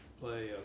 play